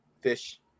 fish